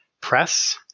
Press